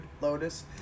lotus